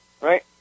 Right